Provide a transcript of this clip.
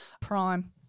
Prime